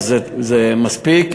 זה מספיק,